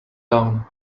down